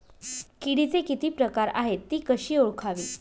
किडीचे किती प्रकार आहेत? ति कशी ओळखावी?